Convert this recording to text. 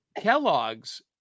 Kellogg's